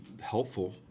helpful